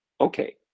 okay